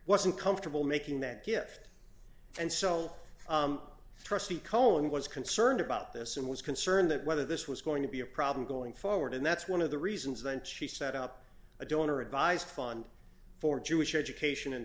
wasn't comfortable making that gift and so trustee cohen was concerned about this and was concerned that whether this was going to be a problem going forward and that's one of the reasons that she set up a donor advised fund for jewish education and